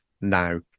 now